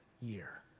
year